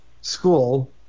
school